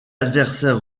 adversaire